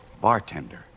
Bartender